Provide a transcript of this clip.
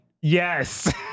Yes